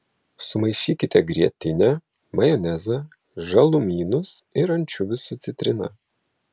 sumaišykite grietinę majonezą žalumynus ir ančiuvius su citrina